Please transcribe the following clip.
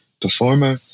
performer